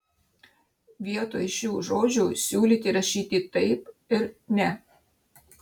vietoj šių žodžių siūlyti rašyti taip ir ne